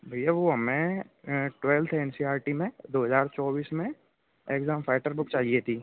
भैया वो हमें twelfth N C R T में दो हजार चौबीस में एक्जाम फाइटर बुक चाहिये थी